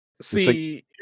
See